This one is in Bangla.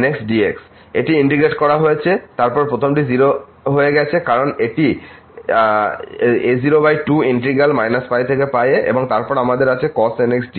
nx dx আছে এটি ইন্টিগ্রেট করা হয়েছে তারপর প্রথমটি 0 হয়ে গেছে কারণ এটি a02 ইন্টিগ্র্যাল -π থেকে এ এবং তারপর আমাদের আছে cos nx dx